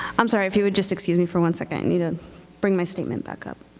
i'm sorry, if you would just excuse me for one second. i need to bring my statement back up.